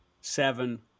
seven